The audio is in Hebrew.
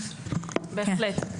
בהחלט,